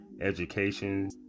education